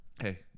hey